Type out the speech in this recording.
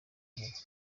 zari